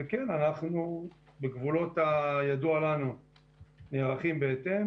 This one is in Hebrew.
בגבולות הידוע לנו אנחנו נערכים בהתאם,